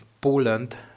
Poland